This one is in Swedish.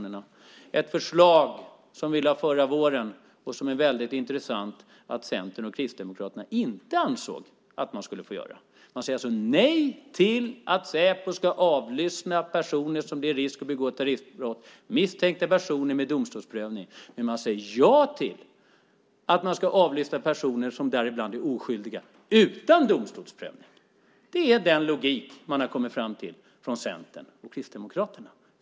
Det var det förslag som vi lade fram förra våren, och det var mycket intressant att Centern och Kristdemokraterna då ansåg att man inte skulle få göra så. Man sade nej till att Säpo skulle få avlyssna personer som riskerar att begå terroristbrott, misstänkta personer med domstolsprövning. Men man säger ja till att avlyssna personer som kan vara oskyldiga, utan domstolsprövning. Det är den logik som man har kommit fram till i Centern och Kristdemokraterna.